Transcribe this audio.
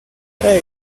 pray